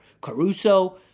Caruso